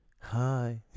hi